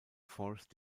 forest